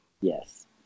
Yes